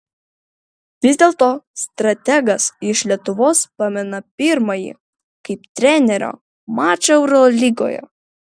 vis dėlto strategas iš lietuvos pamena pirmąjį kaip trenerio mačą eurolygoje